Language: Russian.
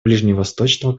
ближневосточного